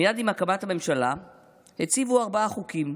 מייד עם הרכבת הממשלה הציבו ארבעה חוקים,